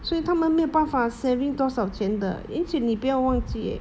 所以他们没有办法 saving 多少钱的而且你不要忘记